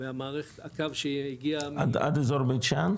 הקו שיגיע --- עד אזור בית שאן?